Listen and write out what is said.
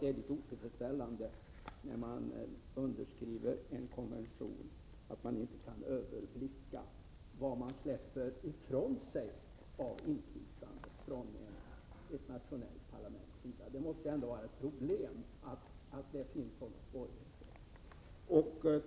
Det är otillfredsställande att det vid underskrivandet av en konvention inte är möjligt att överblicka vad ett nationellt parlament släpper ifrån sig av inflytande. Att det finns sådana svårigheter måste ju innebära problem.